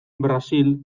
brasil